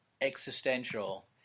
existential